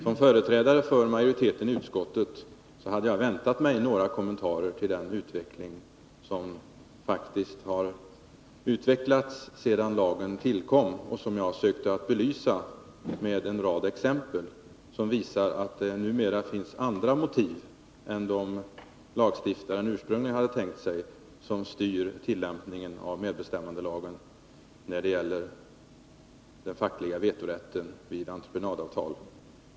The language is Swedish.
Som företrädare för majoriteten i utskottet hade jag väntat mig några kommentarer till den utveckling som faktiskt har skett sedan lagen tillkom och som jag har sökt belysa med en rad exempel. Dessa exempel visar att det numera finns andra motiv än vad lagstiftaren ursprungligen hade tänkt sig som styr tillämpningen av medbestämmandelagen när det gäller den fackliga vetorätten vid entreprenadavtal.